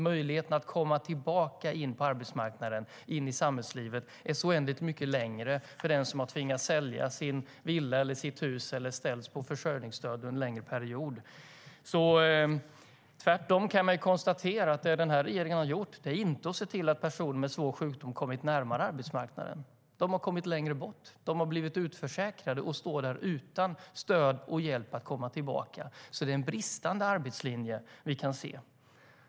Möjligheten att komma tillbaka in på arbetsmarknaden och in i samhällslivet är alltså så oändligt mycket längre för den som har tvingats sälja sin villa eller lägenhet eller ställts på försörjningsstöd under en längre period. Tvärtom kan man konstatera att det som regeringen har gjort inte är att ha sett till att personer med svår sjukdom kommit närmare arbetsmarknaden. De har kommit längre bort. De har blivit utförsäkrade och står där utan stöd och hjälp att komma tillbaka, så det är en bristande arbetslinje vi kan se.